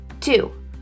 Two